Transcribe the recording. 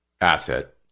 asset